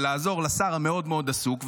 ולעזור לשר המאוד-מאוד עסוק,